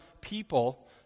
people